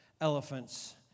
elephants